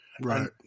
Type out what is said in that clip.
Right